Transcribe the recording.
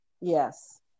Yes